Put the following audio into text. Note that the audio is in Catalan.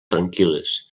tranquil·les